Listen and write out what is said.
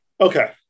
Okay